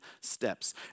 steps